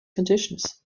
conditions